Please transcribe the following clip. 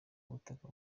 ubutaka